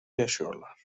yaşıyorlar